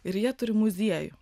ir jie turi muziejų